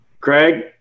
Craig